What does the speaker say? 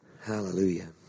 Hallelujah